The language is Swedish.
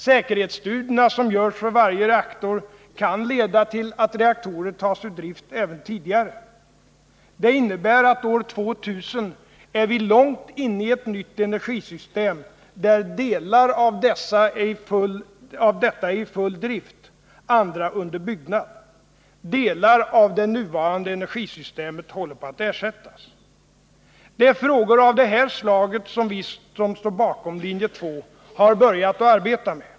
Säkerhetsstudierna, som görs för varje reaktor, kan leda till att reaktorer tas ur drift även tidigare. Det innebär att vi år 2000 är långt inne i ett nytt energisystem, där delar av detta är i full drift och andra under byggnad. Delar av det nuvarande energisystemet håller på att ersättas. Det är frågor av det här slaget som vi som står bakom linje 2 har börjat arbeta med.